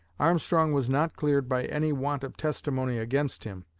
armstrong was not cleared by any want of testimony against him,